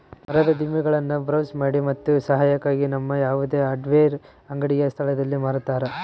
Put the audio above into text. ಮರದ ದಿಮ್ಮಿಗುಳ್ನ ಬ್ರೌಸ್ ಮಾಡಿ ಮತ್ತು ಸಹಾಯಕ್ಕಾಗಿ ನಮ್ಮ ಯಾವುದೇ ಹಾರ್ಡ್ವೇರ್ ಅಂಗಡಿಯ ಸ್ಥಳದಲ್ಲಿ ಮಾರತರ